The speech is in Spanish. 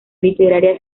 literaria